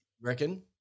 Reckon